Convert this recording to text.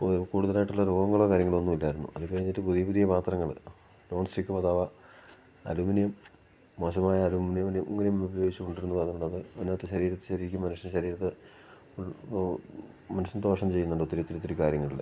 ഓരോ കൂടുതലായിട്ടുള്ള രോഗങ്ങളോ കാര്യങ്ങളൊന്നും ഇല്ലായിരുന്നു അത് കഴിഞ്ഞിട്ട് പുതിയ പുതിയ പാത്രങ്ങൾ നോൺസ്റ്റിക്ക് തവ അലുമിനിയം മോശമായ അലൂമിനിയം ഉപയോഗിച്ചു കൊണ്ടിരുന്നത് അത് അതിന് അകത്ത് ശരീരം ശരിക്കും മനുഷ്യ ശരീരത്ത് ഒരു മനുഷ്യന് ദോഷം ചെയ്യുന്നുണ്ട് ഒത്തിരി ഒത്തിരി ഒത്തിരി കാര്യങ്ങളിൽ